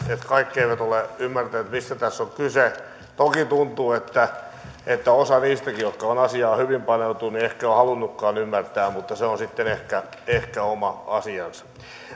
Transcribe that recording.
kaikki eivät ole ymmärtäneet mistä tässä on kyse toki tuntuu että että osa niistäkin jotka ovat asiaan hyvin paneutuneet ei ehkä ole halunnutkaan ymmärtää mutta se on sitten ehkä ehkä oma asiansa